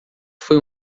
foi